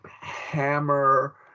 hammer